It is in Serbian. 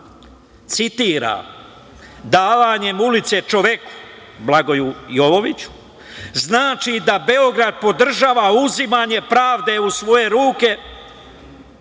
citiram: „Davanjem ulice čoveku, Blagoju Jovoviću, znači da Beograd podržava uzimanje pravde u svoje ruke,